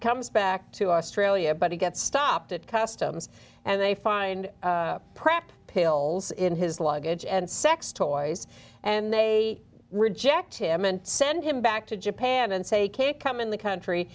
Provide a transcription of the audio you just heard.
comes back to australia but he gets stopped at customs and they find prac pails in his luggage and sex toys and they reject him and send him back to japan and say can't come in the country